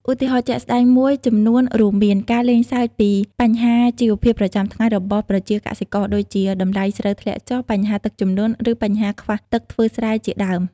ឧទាហរណ៍ជាក់ស្ដែងមួយចំនួនរួមមាន ការលេងសើចពីបញ្ហាជីវភាពប្រចាំថ្ងៃរបស់ប្រជាកសិករដូចជា តម្លៃស្រូវធ្លាក់ចុះ បញ្ហាទឹកជំនន់ ឬបញ្ហាខ្វះទឹកធ្វើស្រែជាដើម។